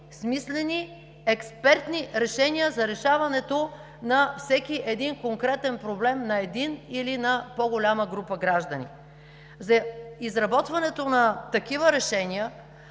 смислени, експертни решения за решаването на всеки един конкретен проблем на един или на по-голяма група граждани. За изработването на такива решения